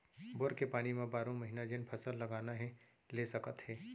bore के पानी म बारो महिना जेन फसल लगाना हे ले सकत हे